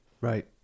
Right